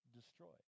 destroyed